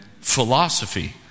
philosophy